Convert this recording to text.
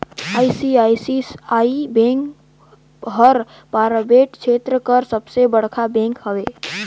ICICI bank हर private छेत्र कर सबले बड़खा बेंक हवे